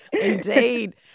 Indeed